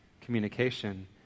communication